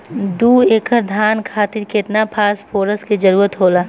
दु एकड़ धान खातिर केतना फास्फोरस के जरूरी होला?